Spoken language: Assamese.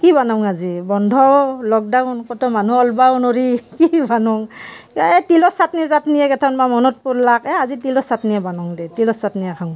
কি বানং আজি বন্ধও লকডাউন ক'তো মানুহ ওলাবও নোৱাৰি কি বনাওঁ এই তিলৰ চাটনি জাটনীয়েে কেতিয়াবা মনত পৰিল এই আজি তিলৰ চাটনিয়ে বনাওঁ দেই তিলৰ চাটনিয়ে খাওঁ